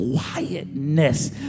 quietness